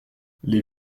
les